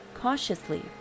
Cautiously